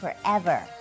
forever